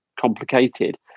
complicated